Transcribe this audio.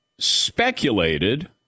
speculated